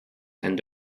and